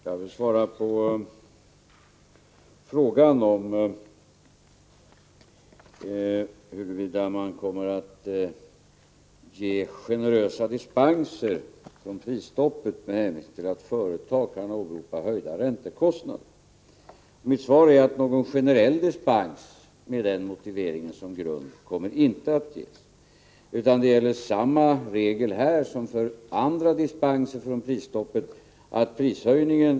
Herr talman! Jag vill svara på frågan huruvida generösa dispenser från prisstoppet kommer att ges åt företagen med hänvisning till höjda räntekostnader. Mitt svar är att någon generös dispens med den motiveringen som grund inte kommer att ges. Samma regel gäller här som för andra dispenser från prisstoppet.